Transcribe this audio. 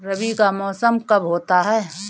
रबी का मौसम कब होता हैं?